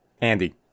Andy